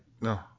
no